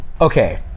Okay